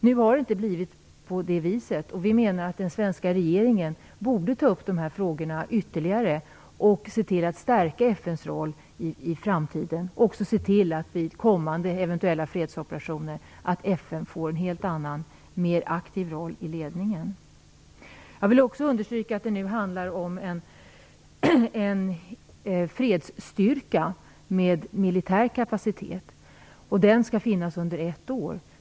Nu har det inte blivit på det viset, och vi menar att den svenska regeringen borde ta upp de här frågorna ytterligare och försöka stärka FN:s roll i framtiden och även se till att FN får en helt annan och mer aktiv roll i ledningen vid kommande fredsoperationer. Jag vill också understryka att det nu handlar om en fredsstyrka med militär kapacitet. Den skall finnas under ett år.